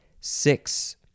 Six